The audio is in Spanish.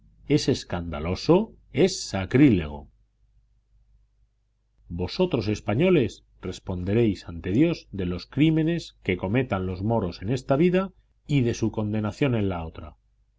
es escandaloso es sacrílego vosotros españoles responderéis ante dios de los crímenes que cometan los moros en esta vida y de su condenación en la otra